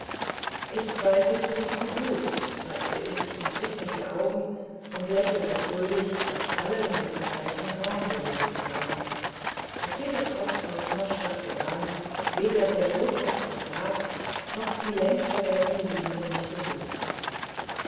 ich weiß es nur zu gut sagte ich und rieb mir die augen und lächelte fröhlich daß alle meine verbrechen traum gewesen waren daß weder posthaus noch stadt gebrannt weder der rotrock von prag noch die längst vergessene julie mich besucht hatten